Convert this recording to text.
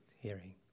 hearing